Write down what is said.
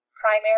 primary